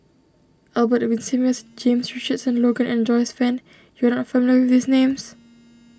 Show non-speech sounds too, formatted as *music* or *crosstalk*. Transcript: Albert Winsemius James Richardson Logan and Joyce Fan you are not familiar with these names *noise*